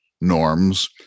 norms